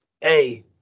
Hey